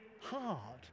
hard